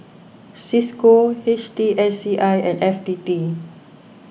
Cisco H T S C I and F T T